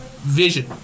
vision